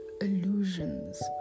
illusions